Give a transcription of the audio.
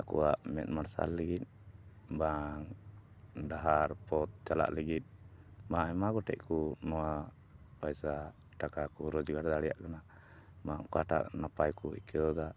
ᱟᱠᱚᱣᱟᱜ ᱢᱮᱸᱫ ᱢᱟᱨᱥᱟᱞ ᱞᱟᱹᱜᱤᱫ ᱵᱟᱝ ᱰᱟᱦᱟᱨ ᱯᱚᱫ ᱪᱟᱞᱟᱜ ᱞᱟᱹᱜᱤᱫ ᱢᱟ ᱟᱭᱢᱟ ᱜᱚᱴᱮᱡ ᱠᱚ ᱱᱚᱣᱟ ᱯᱚᱭᱥᱟ ᱴᱟᱠᱟ ᱠᱚ ᱨᱳᱡᱽᱜᱟᱨ ᱫᱟᱲᱮᱭᱟᱜ ᱠᱟᱱᱟ ᱵᱟᱝ ᱚᱠᱟᱴᱟᱜ ᱱᱟᱯᱟᱭ ᱠᱚ ᱟᱹᱭᱠᱟᱹᱣᱫᱟ